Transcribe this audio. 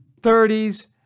30s